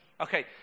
Okay